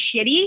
shitty